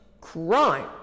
crime